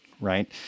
right